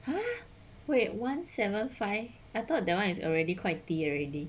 !huh! wait one seven five I thought that one is already quite 低 already